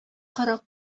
кырык